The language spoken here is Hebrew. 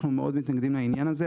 אנחנו מאוד מתנגדים לעניין הזה.